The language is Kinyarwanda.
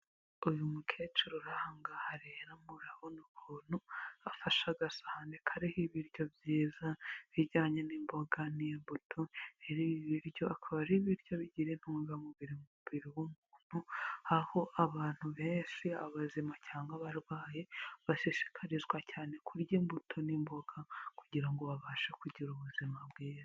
Uyu mukecuru ari aha ngaha rero murabona ukuntu afashe agasahani kariho ibiryo byiza bijyanye n'imboga n'imbuto, ibi biryo akaba ari ibiryo bigira intungamubiri mu mubiri w'umuntu, aho abantu benshi abazima cyangwa abarwaye bashishikarizwa cyane kurya imbuto n'imboga kugira ngo babashe kugira ubuzima bwiza.